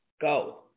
Go